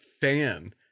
fan